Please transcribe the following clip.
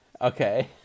Okay